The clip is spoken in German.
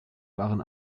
waren